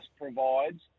provides